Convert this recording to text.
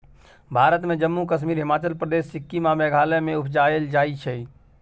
भारत मे जम्मु कश्मीर, हिमाचल प्रदेश, सिक्किम आ मेघालय मे उपजाएल जाइ छै